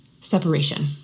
separation